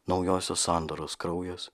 naujosios sandaros kraujas